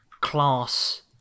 class